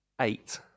eight